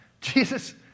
Jesus